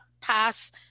pass